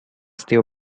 still